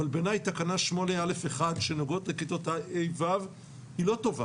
אבל בעיני תקנה 8/א'/1 שנוגעות לכיתות ה'-ו' היא לא טובה